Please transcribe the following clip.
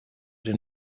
den